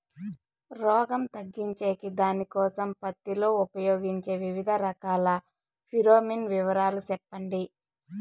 రోగం తగ్గించేకి దానికోసం పత్తి లో ఉపయోగించే వివిధ రకాల ఫిరోమిన్ వివరాలు సెప్పండి